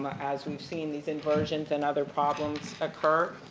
as we've seen these inversions and other problems occur.